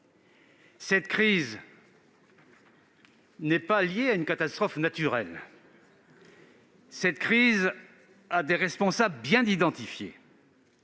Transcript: Cette crise n'est pas liée à une catastrophe naturelle : elle a des responsables bien identifiés.